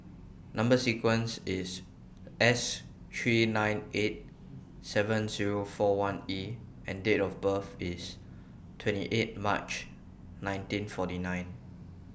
Number sequences IS S three nine eight seven Zero four one E and Date of birth IS twenty eight March nineteen forty nine